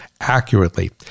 accurately